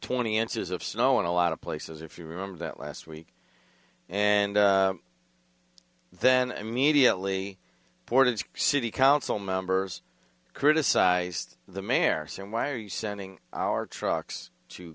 twenty inches of snow and a lot of places if you remember that last week and then immediately boarded city council members criticized the mayor saying why are you sending our trucks to